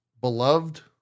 beloved